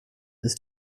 ist